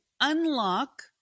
unlock